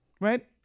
right